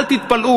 אל תתפלאו.